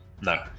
No